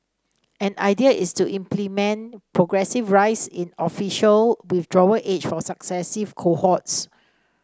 an idea is to implement progressive rise in official withdrawal age for successive cohorts